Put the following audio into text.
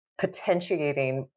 potentiating